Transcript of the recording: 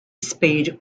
speed